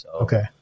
Okay